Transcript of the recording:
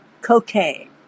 Cocaine